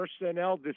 personnel